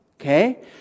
Okay